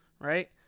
right